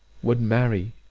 would marry,